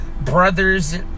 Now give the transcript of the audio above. brothers